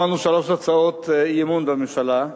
שמענו שלוש הצעות אי-אמון בממשלה.